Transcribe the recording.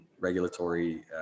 regulatory